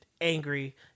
angry